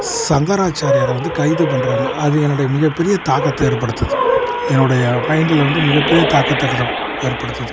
சங்கராச்சாரியாரை வந்து கைது பண்ணுறாங்க அது என்னுடைய மிகப் பெரிய தாக்கத்தை ஏற்படுத்தது என்னுடைய மைண்டில் வந்து மிகப் பெரிய தாக்கத்தை தான் ஏற்படுத்தது